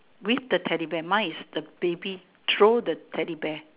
with the Teddy bear mine is the baby throw the Teddy bear